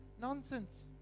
Nonsense